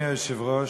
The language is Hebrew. אדוני היושב-ראש,